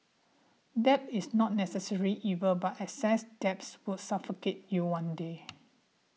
debt is not necessarily evil but excessive debts will suffocate you one day